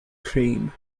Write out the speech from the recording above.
cream